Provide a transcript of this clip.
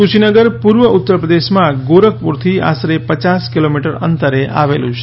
કુશીનગર પૂર્વ ઉત્તરપ્રદેશમાં ગોરખપુરથી આશરે પચાસ કિલોમીટર અંતરે આવેલું છે